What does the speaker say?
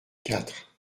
quatre